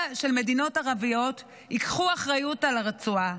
של מדינות ערביות ייקחו אחריות על הרצועה,